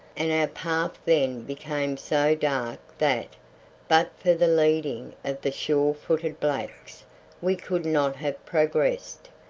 and our path then became so dark that but the leading of the sure-footed blacks we could not have progressed,